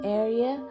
area